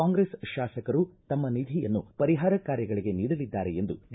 ಕಾಂಗ್ರೆಸ್ ಶಾಸಕರು ತಮ್ಮ ನಿಧಿಯನ್ನು ಪರಿಹಾರ ಕಾರ್ಯಗಳಿಗೆ ನೀಡಲಿದ್ದಾರೆ ಎಂದು ಡಿ